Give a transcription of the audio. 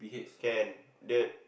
can the